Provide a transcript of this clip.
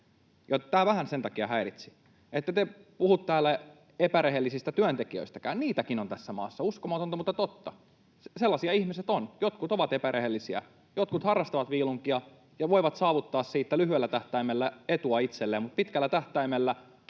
Tämä vähän sen takia häiritsi. Ette te puhu täällä epärehellisistä työntekijöistäkään. Niitäkin on tässä maassa — uskomatonta mutta totta. Sellaisia ihmiset ovat. Jotkut ovat epärehellisiä, jotkut harrastavat vilunkia ja voivat saavuttaa siitä lyhyellä tähtäimellä etua itselleen, mutta pitkällä tähtäimellä